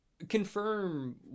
confirm